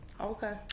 Okay